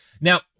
Now